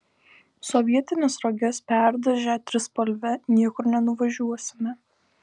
sovietines roges perdažę trispalve niekur nenuvažiuosime